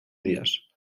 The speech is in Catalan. dies